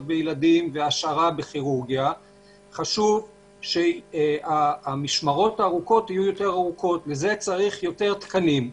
עדיין חשוב שהמשמרות הארוכות יהיו יותר ארוכות ולשם כך צריך יותר תקנים.